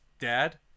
Dad